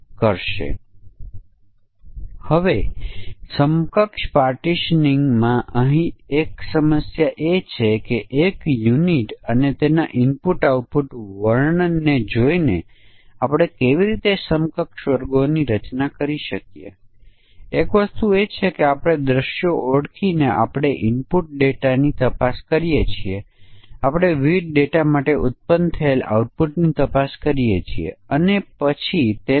જો આપણે નબળા સમકક્ષ વર્ગના પરીક્ષણ કરીએ તો આપણે મૂળ રકમને 1 લાખ કરતા ઓછા અને 1 વર્ષથી ઓછા સમય લઈ શકીએ આપણે મૂળ રકમ ને 1 લાખથી વધુ અને ડિપોઝિટની અવધિ 1 થી 3 ની વચ્ચે લઈ શકીએ છીએ અને આપણે સમયગાળો 3 વર્ષથી વધુ લઈ શકયે અને મૂળ રકમ 1 લાખ કરતા વધુ અને સમયગાળો 3 વર્ષ અને તેથી વધુનો લઈએ છીયે